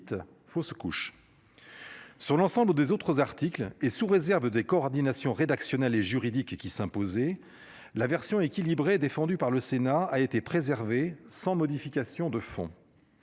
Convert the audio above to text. fausse couche. Sur l'ensemble des autres articles et sous réserve des coordination rédactionnelle et juridique et qui s'imposer la version équilibrée défendue par le Sénat a été préservé, sans modification de fond.